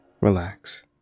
relax